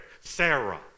Sarah